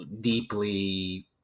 deeply